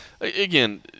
again –